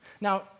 Now